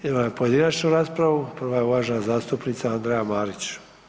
Idemo na pojedinačnu raspravu, prva je uvažena zastupnica Andreja Marić.